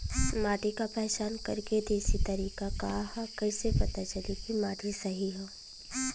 माटी क पहचान करके देशी तरीका का ह कईसे पता चली कि माटी सही ह?